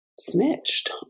snitched